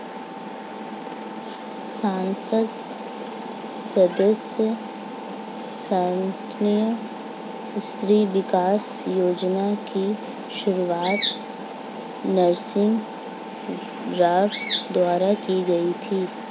संसद सदस्य स्थानीय क्षेत्र विकास योजना की शुरुआत नरसिंह राव द्वारा की गई थी